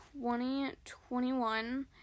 2021